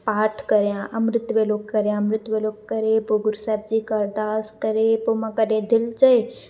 पाठु करियां अमृत वेलो करियां अमृत वेलो करे पोइ गुरू साहिब जी हिकु अरदास करे पोइ मां कॾहिं दिलि चए